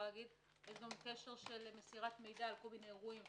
יש גם קשר של מסירת מידע על כל מיני אירועים